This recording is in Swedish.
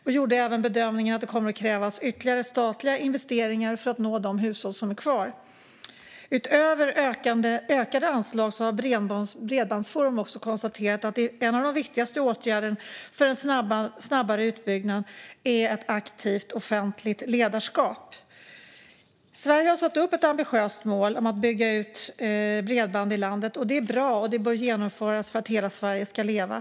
PTS gjorde även bedömningen att det kommer att krävas ytterligare statliga investeringar för att nå de hushåll som är kvar. Bredbandsforum har konstaterat att en av de viktigaste åtgärderna för en snabbare utbyggnad, utöver ökade anslag, är ett aktivt offentligt ledarskap. Sverige har satt upp ett ambitiöst mål om att bygga ut bredband i landet. Detta är bra, och det bör genomföras för att hela Sverige ska leva.